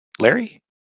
Larry